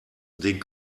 den